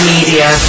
Media